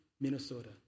Minnesota